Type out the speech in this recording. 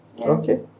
Okay